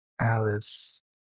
Alice